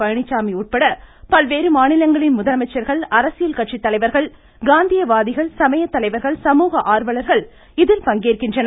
பழனிசாமி உட்பட பல்வேறு மாநிலங்களின் முதலமைச்சர்கள் அரசியல் கட்சி தலைவர்கள் காந்தியவாதிகள் சமயத்தலைவர்கள் சமூக ஆர்வலர்கள் இதில் பங்கேற்கின்றனர்